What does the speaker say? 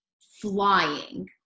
flying